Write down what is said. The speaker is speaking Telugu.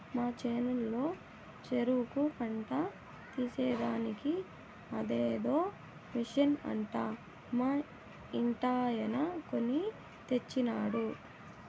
మా చేనులో చెరుకు పంట తీసేదానికి అదేదో మిషన్ అంట మా ఇంటాయన కొన్ని తెచ్చినాడు